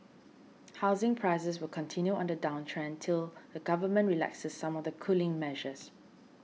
housing prices will continue on the downtrend till the government relaxes some of the cooling measures